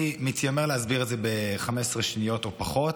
אני מתיימר להסביר את זה ב-15 שניות או פחות.